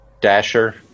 Dasher